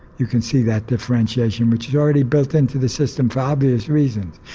you can see that differentiation which is already built in to the system for obvious reasons.